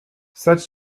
such